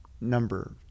number